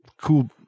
cool